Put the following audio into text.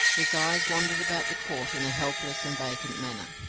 his eyes wandered about the court in a helpless and vacant manner.